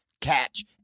Catch